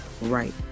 right